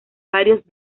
varios